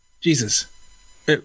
Jesus